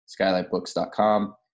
skylightbooks.com